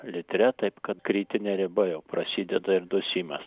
litre taip kad kritinė ribą jau prasideda ir dusimas